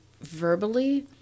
verbally